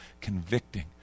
convicting